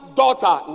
daughter